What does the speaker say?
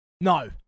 no